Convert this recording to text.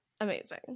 amazing